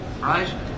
right